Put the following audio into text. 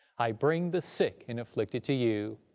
i bring the sick and afflicted to you.